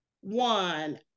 one